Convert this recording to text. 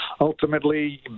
ultimately